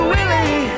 Willie